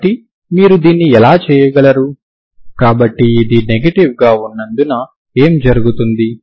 కాబట్టి మీరు దీన్ని ఎలా చేయగలరు కాబట్టి ఇది నెగెటివ్ గా ఉన్నందున ఏమి జరుగుతుంది